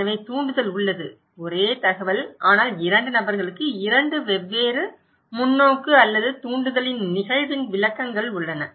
எனவே தூண்டுதல் உள்ளது ஒரே தகவல் ஆனால் இரண்டு நபர்களுக்கு இரண்டு வெவ்வேறு முன்னோக்கு அல்லது தூண்டுதலின் நிகழ்வின் விளக்கங்கள் உள்ளன